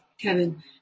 Kevin